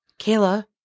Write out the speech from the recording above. Kayla